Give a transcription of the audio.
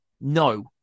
No